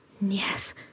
Yes